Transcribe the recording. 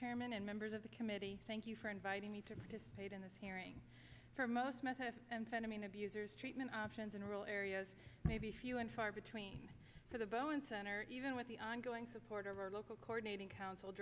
chairman and members of the committee thank you for inviting me to participate in this hearing for most method and send me an abuser's treatment options in rural areas may be few and far between for the bowen center even with the ongoing support of our local coordinating council